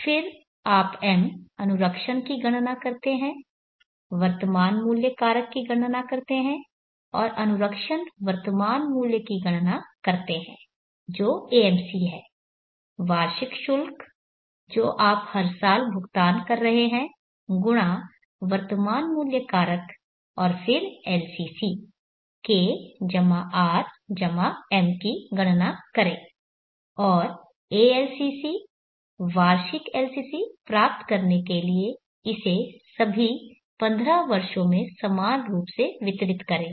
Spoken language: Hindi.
फिर आप M अनुरक्षण की गणना करते हैं वर्तमान मूल्य कारक की गणना करते हैं और अनुरक्षण वर्तमान मूल्य की गणना करते हैं जो AMC है वार्षिक शुल्क जो आप हर साल भुगतान कर रहे हैं × वर्तमान मूल्य कारक और फिर LCC K R M की गणना करें और ALCC वार्षिक LCC प्राप्त करने के लिए इसे सभी पंद्रह वर्षों में समान रूप से वितरित करें